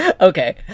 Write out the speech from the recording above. Okay